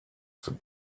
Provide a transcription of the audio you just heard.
for